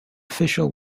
official